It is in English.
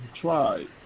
try